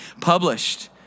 published